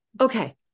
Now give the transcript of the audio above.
Okay